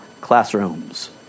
classrooms